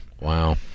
Wow